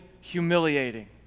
humiliating